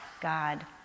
God